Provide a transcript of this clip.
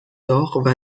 داغ